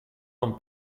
non